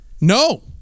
No